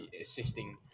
assisting